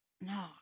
no